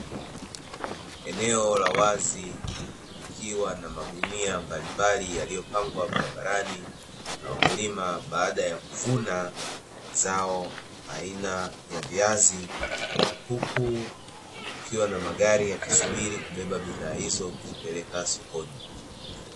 Eneo la wazi likiwa na magunia mbalimbali yaliyopangwa barabarani, na wakulima baada ya kuvuna zao aina ya viazi, huku kukiwa na magari yakisubiri kubeba bidhaa hizo kuzipeleka sokoni.